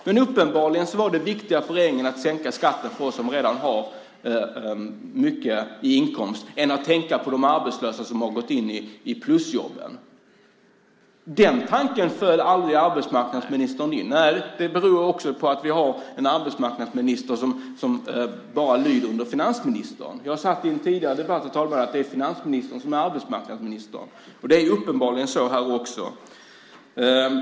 Men uppenbarligen var det viktigare för regeringen att sänka skatten för oss som redan har hög inkomst än att tänka på de arbetslösa som har gått in i plusjobben. Den tanken föll aldrig arbetsmarknadsministern in. Det beror också på att vi har en arbetsmarknadsminister som bara lyder under finansministern. Jag har sagt i en tidigare debatt, herr talman, att det är finansministern som är arbetsmarknadsminister, och det är uppenbarligen så här också.